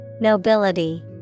Nobility